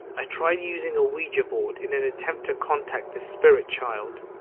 i tried using a ouija board in an attempt to contact the spirit child.